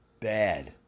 bad